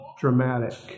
dramatic